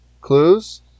clues